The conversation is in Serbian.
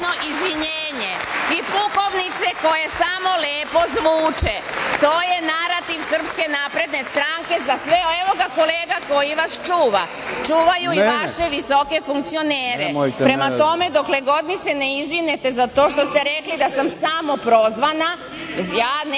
izvinjenje, polukovnice koje samo lepo zvuče, to je narativ SNS, za sve i evo ovde kolege koji vas čuva, čuvaju i vaše visoke funkcionere. Prema tome, dokle god mi se ne izvinete za to što ste rekli da sam samoprozvana, nećete